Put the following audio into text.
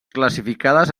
classificades